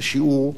בשיעור קומתו.